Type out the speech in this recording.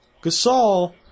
Gasol